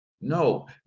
No